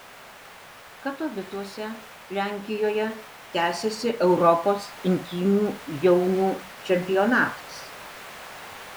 katovicuose lenkijoje tęsiasi europos imtynių jaunių čempionatas